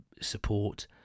support